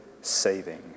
saving